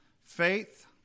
faith